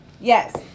Yes